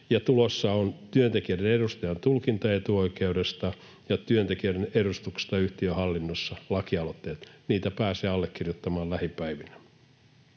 lakialoitteet työntekijöiden edustajan tulkintaetuoikeudesta ja työntekijöiden edustuksesta yhtiön hallinnossa. Niitä pääsee allekirjoittamaan lähipäivinä.